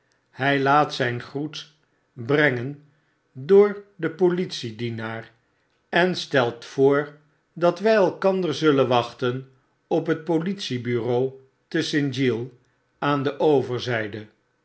hij laat zijn groet brengen door den politiedienaar en stelt voor dat wy elkander zullen wachten op het politiebureau te st giles aan de overzijde